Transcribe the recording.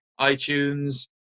iTunes